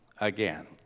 again